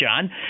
John